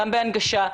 גם בהנגשה,